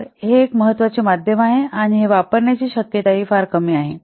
तर हे एक महत्वाचे माध्यम आहे आणि हे वापरण्याची शक्यताही कमी आहे